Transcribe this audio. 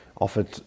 offered